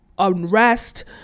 unrest